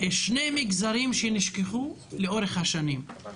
יש שני מגזרים שנשכחו לאורך השנים: